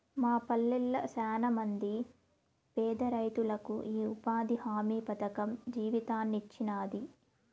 మా పల్లెళ్ళ శానమంది పేదరైతులకు ఈ ఉపాధి హామీ పథకం జీవితాన్నిచ్చినాది